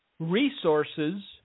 Resources